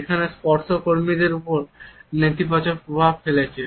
যেখানে স্পর্শ কর্মীদের উপর নেতিবাচক প্রভাব ফেলেছে